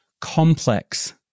complex